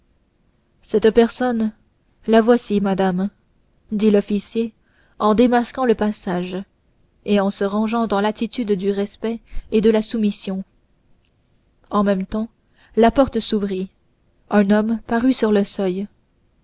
cette personne la voici madame dit l'officier en démasquant le passage et en se rangeant dans l'attitude du respect et de la soumission en même temps la porte s'ouvrit un homme parut sur le seuil